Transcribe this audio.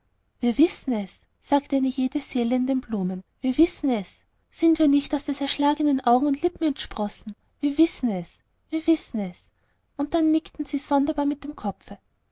wir wissen es sagte eine jede seele in den blumen wir wissen es sind wir nicht aus des erschlagenen augen und lippen entsprossen wir wissen es wir wissen es und dann nickten sie sonderbar mit dem kopfe